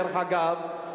דרך אגב,